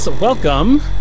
welcome